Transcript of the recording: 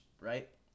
right